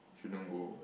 shouldn't go